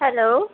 hello